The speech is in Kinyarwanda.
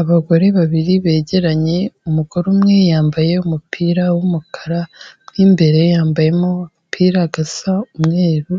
Abagore babiri begeranye, umugore umwe yambaye umupira w'umukara mo imbere yambayemo agapira gasa umweru